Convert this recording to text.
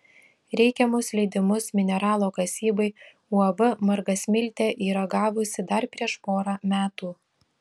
reikiamus leidimus mineralo kasybai uab margasmiltė yra gavusi dar prieš porą metų